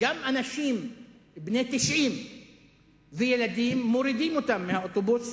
גם אנשים בני 90 וילדים מורידים מהאוטובוס,